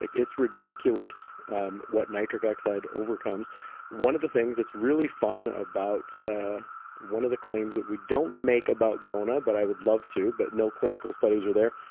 like it's ridiculous um what nitric oxide overcomes one of the things that's really fun about ah one of the claims that we don't make about zona, but i would love to, but no clinical studies are there.